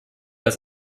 als